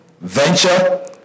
venture